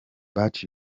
but